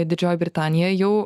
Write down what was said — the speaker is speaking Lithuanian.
didžioji britanija jau